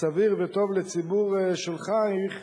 סביר וטוב לציבור שולחייך,